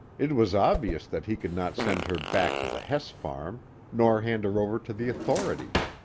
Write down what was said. it was obvious that he could not send her back to the hess farm nor hand her over to the authorities.